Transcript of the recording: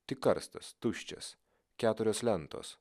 tik karstas tuščias keturios lentos